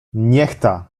niechta